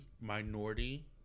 minority